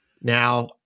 Now